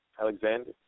Alexander